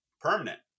permanent